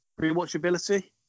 rewatchability